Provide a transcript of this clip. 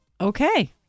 Okay